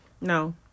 no